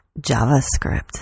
JavaScript